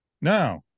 now